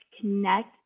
connect